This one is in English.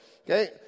okay